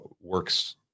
works